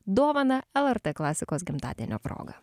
dovaną lrt klasikos gimtadienio proga